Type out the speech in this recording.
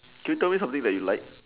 can you tell me something that you like